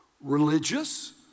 Religious